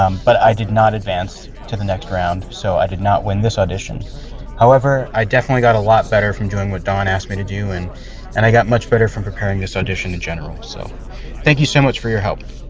um but i did not advance to the next round. so i did not win this audition however i definitely got a lot better from doing what don asked me to do and and i got much better from preparing this audition in general. so thank you so much for your help.